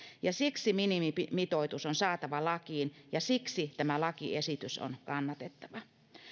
siksi minimimitoitus on saatava lakiin ja siksi tämä lakiesitys on kannatettava